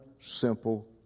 simple